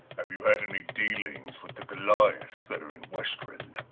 have you had any dealings with the goliaths that are in westruun?